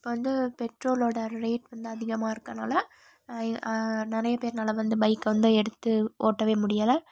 இப்போ வந்து பெட்ரோலோட ரே ரேட் வந்து அதிகமாக இருக்கனால் எ நிறைய பேருனால வந்து பைக் வந்து எடுத்து ஓட்டவே முடியலை